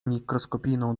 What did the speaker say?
mikroskopijną